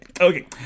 Okay